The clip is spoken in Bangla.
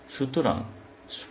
সুতরাং স্পষ্টতই এটি আরও ভাল